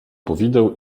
powideł